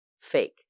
fake